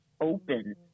open